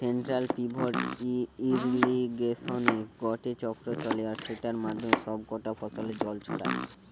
central pivot ইর্রিগেশনে গটে চক্র চলে আর সেটার মাধ্যমে সব কটা ফসলে জল ছড়ায়